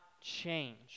change